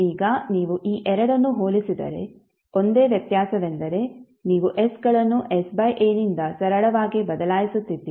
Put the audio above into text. ಈಗ ನೀವು ಈ ಎರಡನ್ನು ಹೋಲಿಸಿದರೆ ಒಂದೇ ವ್ಯತ್ಯಾಸವೆಂದರೆ ನೀವು s ಗಳನ್ನು s ಬೈ a ನಿಂದ ಸರಳವಾಗಿ ಬದಲಾಯಿಸುತ್ತಿದ್ದೀರಿ